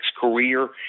career